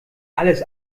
alles